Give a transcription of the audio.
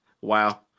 wow